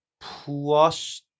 plus